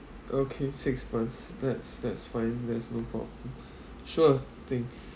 okay six buns that's that's fine there's no problem sure think